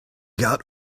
got